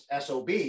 SOB